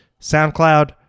SoundCloud